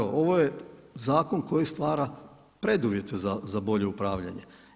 Ovo je zakon koji stvara preduvjete za bolje upravljanje.